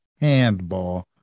handball